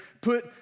put